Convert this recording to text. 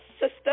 sister